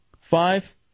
five